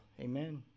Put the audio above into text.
Amen